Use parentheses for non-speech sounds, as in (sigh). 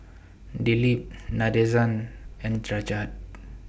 Dilip Nadesan and (unintelligible)